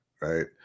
right